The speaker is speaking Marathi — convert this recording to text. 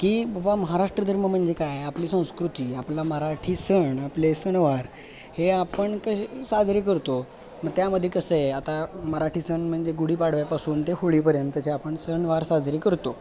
की बाबा महाराष्ट्र धर्म म्हणजे काय आपली संस्कृती आपला मराठी सण आपले सणवार हे आपण कसे साजरे करतो मग त्यामध्ये कसं आहे आता मराठी सण म्हणजे गुढीपाडव्यापासून ते होळीपर्यंतचे आपण सणवार साजरे करतो